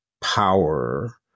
power